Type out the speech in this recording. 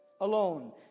alone